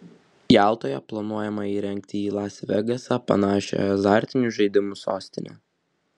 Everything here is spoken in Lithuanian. jaltoje planuojama įrengti į las vegasą panašią azartinių žaidimų sostinę